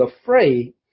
afraid